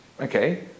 okay